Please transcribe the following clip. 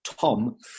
Tom